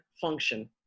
function